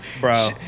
bro